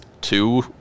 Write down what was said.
two